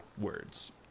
words